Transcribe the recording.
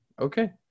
Okay